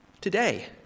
Today